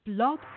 Blog